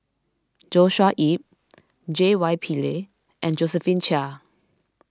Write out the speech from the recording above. Joshua Ip J Y Pillay and Josephine Chia